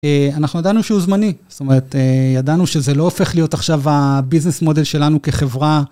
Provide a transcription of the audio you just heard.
אנחנו ידענו שהוא זמני, זאת אומרת ידענו שזה לא הופך להיות עכשיו הביזנס מודל שלנו כחברה.